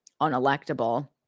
unelectable